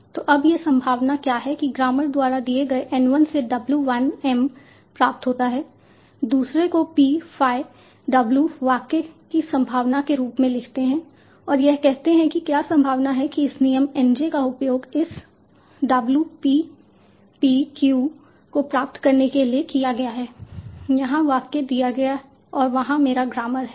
तो अब यह संभावना क्या है कि ग्रामर द्वारा दिए गए N 1 से W 1 m प्राप्त होता है दूसरे को P phi W वाक्य की संभावना के रूप में लिखते हैं और यह कहते हैं कि क्या संभावना है कि इस नियम N j का उपयोग इस W Pp q को प्राप्त करने के लिए किया गया है वहां वाक्य दिया गया और वहां मेरा ग्रामर है